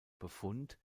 befund